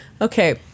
Okay